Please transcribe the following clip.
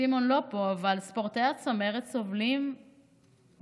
סימון לא פה, אבל ספורטאי הצמרת סובלים מכך